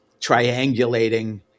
triangulating